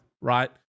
right